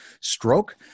stroke